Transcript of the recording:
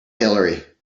hillary